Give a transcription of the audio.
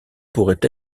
pourrait